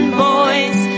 boys